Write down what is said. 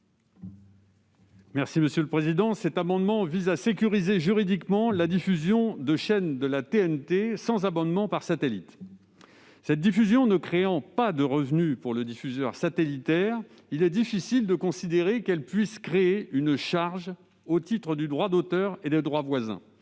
de la commission ? Cet amendement vise à sécuriser juridiquement la diffusion de chaînes de la TNT sans abonnement par satellite. Cette diffusion ne créant pas de revenus pour le diffuseur satellitaire, il est difficile de considérer qu'elle puisse créer une charge au titre du droit d'auteur et des droits voisins.